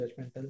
judgmental